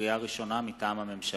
לקריאה ראשונה, מטעם הממשלה: